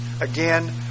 Again